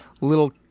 little